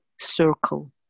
circle